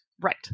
Right